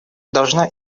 должна